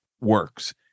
works